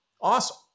Awesome